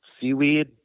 seaweed